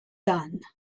done